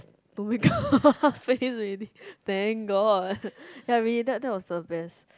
to make up her face already thank god ya really that that was the best